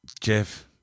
Jeff